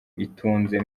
itunze